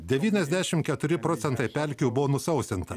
devyniasdešim keturi procentai pelkių buvo nusausinta